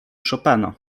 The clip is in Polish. chopina